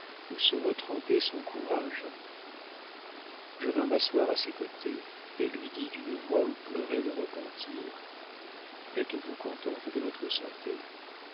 où se retrempait son courage je vins m'asseoir à ses côtés et lui dis d'une voix où pleurait le repentir êtes-vous contente de votre santé